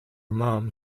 mom